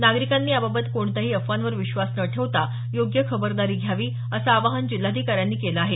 नागरिकांनी याबाबत कोणत्याही अफवांवर विश्वास न ठेवता योग्य खबरदारी घ्यावी असं आवाहन जिल्हाधिकाऱ्यांनी केलं आहे